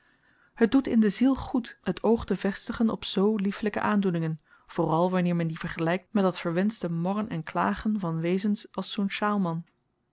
het doet inde ziel goed het oog te vestigen op zoo liefelyke aandoeningen vooral wanneer men die vergelykt met dat verwenschte morren en klagen van wezens als